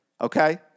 okay